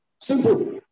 simple